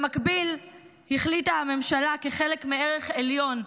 במקביל החליטה הממשלה, כחלק מערך עליון,